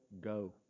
go